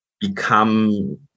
become